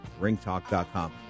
ringtalk.com